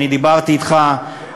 אני דיברתי אתך,